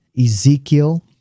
ezekiel